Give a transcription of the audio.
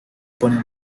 pone